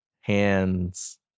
hands